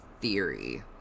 theory